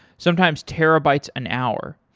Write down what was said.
sometimes terabytes an hour.